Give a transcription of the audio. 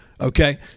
Okay